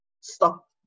stop